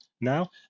now